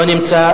לא נמצא,